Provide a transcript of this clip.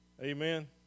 Amen